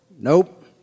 Nope